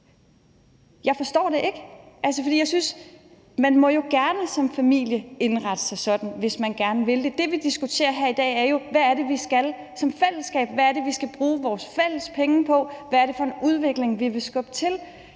Jeg forstår det ikke, for jeg synes, at man jo som familie gerne må indrette sig sådan, hvis man gerne vil det. Det, vi diskuterer her i dag, er jo, hvad det er, vi skal som fællesskab; hvad det er, vi skal bruge vores fælles penge på; hvad det er for en udvikling, vi vil skubbe på